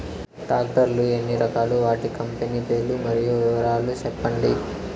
Tractor లు ఎన్ని రకాలు? వాటి కంపెని పేర్లు మరియు వివరాలు సెప్పండి?